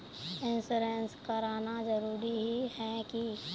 Insurance कराना जरूरी ही है की?